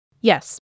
Yes